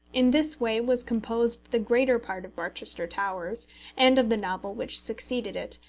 in this way was composed the greater part of barchester towers and of the novel which succeeded it,